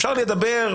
אפשר לדבר,